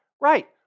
Right